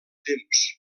temps